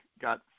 got